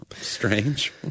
strange